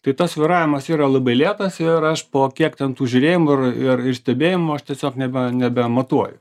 tai tas svyravimas yra labai lėtas ir aš po kiek ten tų žiūrėjimų ir ir stebėjimų aš tiesiog nebe nebematuoju